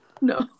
No